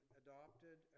adopted